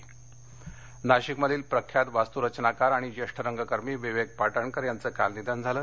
निधन पाटणकर नाशिकमधील प्रख्यात वास्तूरचनाकार आणि ज्येष्ठ रंगकर्मी विवेक पाटणकर यांचं काल निधन झालं